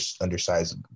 undersized